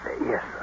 Yes